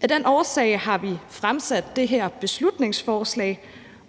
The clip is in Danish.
Af den årsag har vi fremsat det her beslutningsforslag,